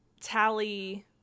tally